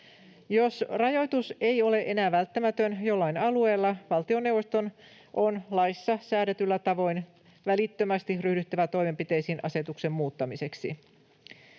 Jos rajoitus ei ole enää välttämätön jollain alueella, valtioneuvoston on laissa säädetyllä tavoin välittömästi ryhdyttävä toimenpiteisiin asetuksen muuttamiseksi.